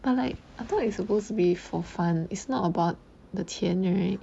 but like I thought it's supposed to be for fun it's not about the 钱 right